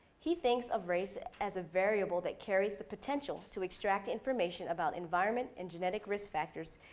he thinks of race as a variable that carries the potential to extract information about environment and genetic risk factors,